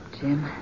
Jim